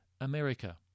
America